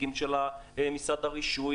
נציגים של משרד הרישוי,